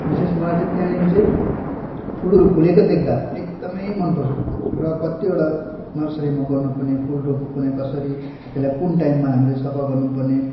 विशेष मलाई चाहिँ त्यहाँनिर चाहिँ फुलहरू फुलेको देख्दा एकदमै मनपर्छ र कत्तिवटा नर्सरीमा गर्नुपर्ने फुल रोप्नुपर्ने कसरी त्यसलाई कुन टाइममा हामीले सफा गर्नुपर्ने